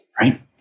right